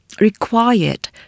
required